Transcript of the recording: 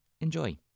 Enjoy